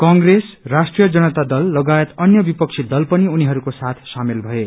कंग्रेस राष्ट्रीय जनता दल लगायत अन्य विपक्षी दल पनि उनीहरूको साथ शामेल भए